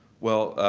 well,